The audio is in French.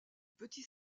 petit